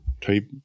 type